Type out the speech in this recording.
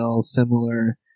similar